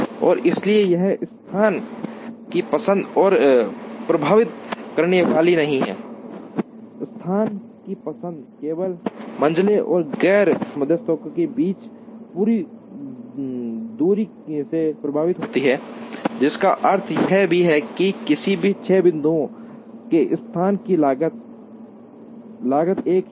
और इसलिए यह स्थान की पसंद को प्रभावित करने वाला नहीं है स्थान की पसंद केवल मंझले और गैर मध्यस्थों के बीच की दूरी से प्रभावित होती है जिसका अर्थ यह भी है कि किसी भी छह बिंदुओं में स्थान की लागत एक ही है